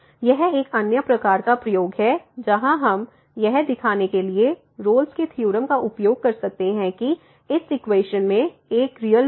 यह एक अन्य प्रकार का प्रयोग है जहां हम यह दिखाने के लिए रोल्स के थ्योरम Rolle's Theorem का उपयोग कर सकते हैं कि इस इक्वेशन में एक रियल रूट है